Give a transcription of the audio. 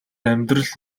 амьдрал